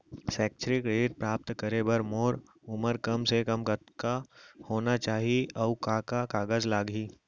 शैक्षिक ऋण प्राप्त करे बर मोर उमर कम से कम कतका होना चाहि, अऊ का का कागज लागही?